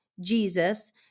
Jesus